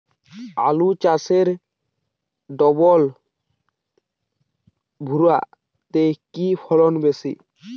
আলু চাষে ডবল ভুরা তে কি ফলন বেশি?